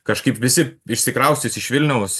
kažkaip visi išsikraustys iš vilniaus